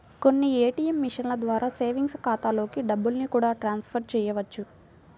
కొన్ని ఏ.టీ.యం మిషన్ల ద్వారా సేవింగ్స్ ఖాతాలలోకి డబ్బుల్ని కూడా ట్రాన్స్ ఫర్ చేయవచ్చు